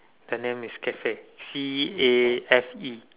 the name is Cafe C A F E